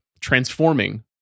transforming